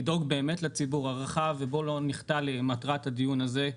לדאוג לציבור הרחב ובוא לא נחטא למטרת הדיון הזה,